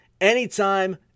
anytime